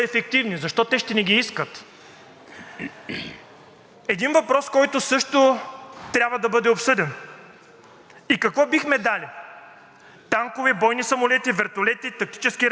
Какво бихме дали – танкове, бойни самолети, вертолети, тактически ракети и артилерийските ни системи, които са в оперативна готовност, които са в минимални количества в момента,